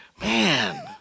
man